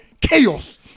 chaos